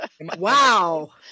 wow